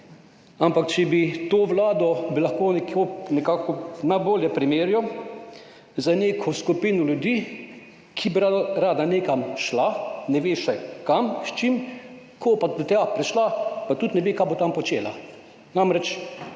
Ampak to vlado bi lahko nekako najbolje primerjal z neko skupino ljudi, ki bi rada nekam šla, ne ve še kam, s čim, ko bo do tja prišla, pa tudi ne ve, kaj bo tam počela.